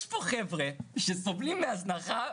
יש פה חברה שסובלים מהזנחה,